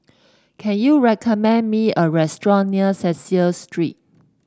can you recommend me a restaurant near Cecil Street